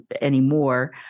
anymore